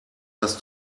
das